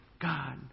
God